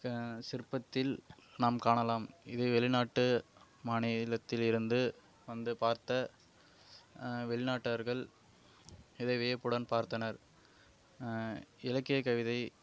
சிற்பத்தில் நாம் காணலாம் இதை வெளிநாட்டு மாநிலத்திலிருந்து வந்து பார்த்த வெளிநாட்டவர்கள் இதை வியப்புடன் பார்த்தனர் இலக்கிய கவிதை